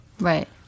Right